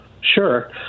Sure